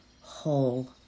whole